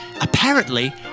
Apparently